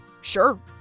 Sure